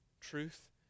Truth